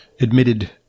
admitted